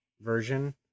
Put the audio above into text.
version